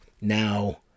Now